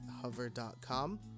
Hover.com